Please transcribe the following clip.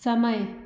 समय